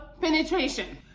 penetration